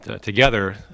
together